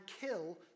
kill